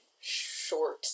short